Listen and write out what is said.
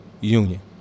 union